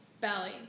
belly